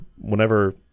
whenever